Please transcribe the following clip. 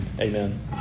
Amen